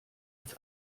als